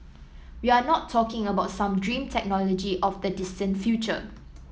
we are not talking about some dream technology of the distant future